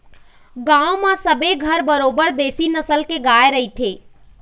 गांव म सबे घर बरोबर देशी नसल के गाय रहिथे